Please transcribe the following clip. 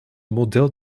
model